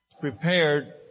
prepared